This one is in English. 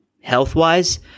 health-wise